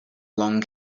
long